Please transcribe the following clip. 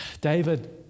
David